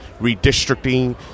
redistricting